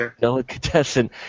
delicatessen